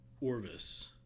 Orvis